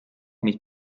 mit